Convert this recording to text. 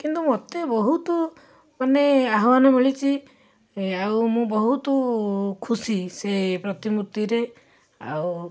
କିନ୍ତୁ ମୋତେ ବହୁତ ମାନେ ଆହ୍ଵାନ ମିଳିଛି ଏଁ ଆଉ ମୁଁ ବହୁତ ଖୁସି ସେ ପ୍ରତିମୂର୍ତ୍ତିରେ ଆଉ